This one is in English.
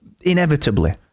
inevitably